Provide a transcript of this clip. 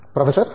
professor R